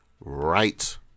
right